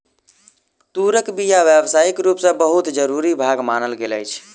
तूरक बीया व्यावसायिक रूप सॅ बहुत जरूरी भाग मानल गेल अछि